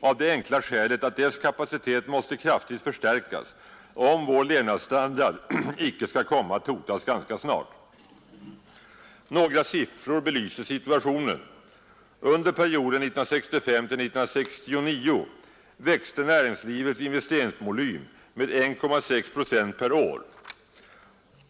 av det enkla skälet att dess kapacitet måste kraftigt förstärkas, om vår levnadsstandard icke skall komma att hotas ganska snart. Några siffror belyser situationen. Under perioden 1965—1969 växte näringslivets investeringsvolym med 1,6 procent per år.